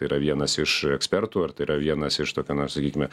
yra vienas iš ekspertų ar tai yra vienas iš tokio na sakykime